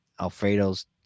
Alfredo's